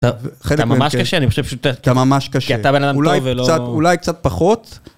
אתה ממש קשה, אני חושב שאתה ממש קשה, כי אתה בן אדם טוב ולא... אולי קצת פחות?